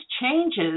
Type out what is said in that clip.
changes